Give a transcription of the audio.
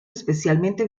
especialmente